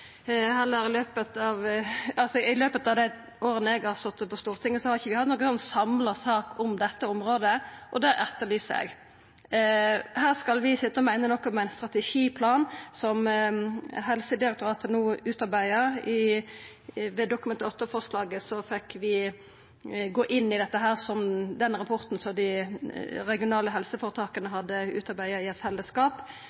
i løpet av dei åra eg har sete på Stortinget, har hatt noka samla sak om dette området. Det etterlyser eg. Her skal vi sitja og meina noko om ein strategiplan Helsedirektoratet no utarbeider. Ved Dokument 8-forslaget fekk vi gå inn i